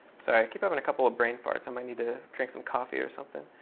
sorry. i keep having a couple of brain farts. i might need to drink some coffee or something.